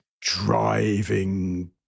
driving